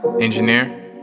engineer